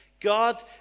God